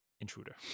intruder